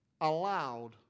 allowed